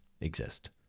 exist